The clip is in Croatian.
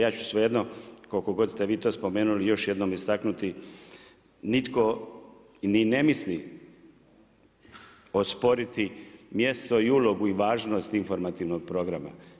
Ja ću svejedno, koliko god ste vi to spomenuli, još jednom istaknuti, nitko ni ne misli, osporiti, mjesto i ulogu i važnost informativnog programa.